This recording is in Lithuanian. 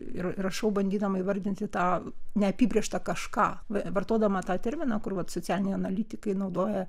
ir rašau bandydama įvardinti tą neapibrėžtą kažką vartodama tą terminą kur vat socialiniai analitikai naudoja